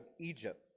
Egypt